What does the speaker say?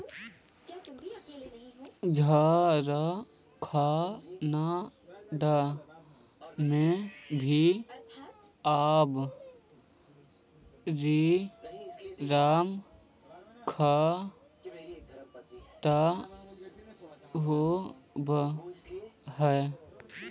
झारखण्ड में भी अब रेशम के खेती होवऽ हइ